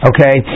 Okay